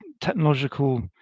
technological